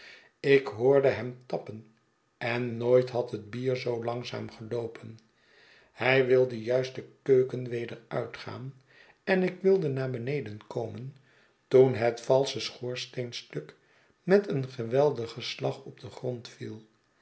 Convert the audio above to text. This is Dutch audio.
ik hoorde hem tappen en nooit had het bier zoo langzaam geloopen hij wilde juist de keuken weder uitgaan en ik wilde naar beneden komen toen het valsche schoorsteenstuk met een geweldigen slag op den grond viel